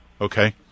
Okay